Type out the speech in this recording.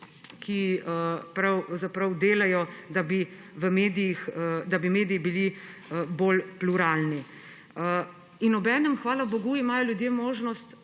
ki pravzaprav delajo, da bi mediji bili bolj pluralni. In obenem, hvala bogu, imajo ljudje možnost